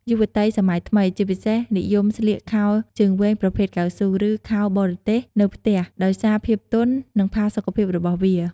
យុវតីសម័យថ្មី ជាពិសេស និយមស្លៀកខោជើងវែងប្រភេទកៅស៊ូ ឬខោបរទេសនៅផ្ទះដោយសារភាពទន់ និងផាសុកភាពរបស់វា។